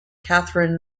catherine